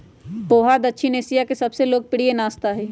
पोहा दक्षिण एशिया के सबसे लोकप्रिय नाश्ता हई